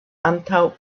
antaŭ